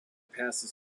passes